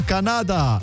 Canada